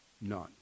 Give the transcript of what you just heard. none